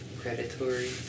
Predatory